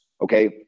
okay